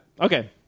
Okay